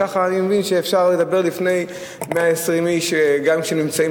ככה אני מבין שאפשר לדבר לפני 120 איש גם כשהם נמצאים,